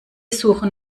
suchen